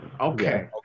Okay